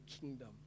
kingdom